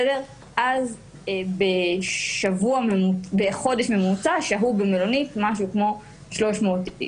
אז בחודש ממוצע שהו במלונית כ-300 איש.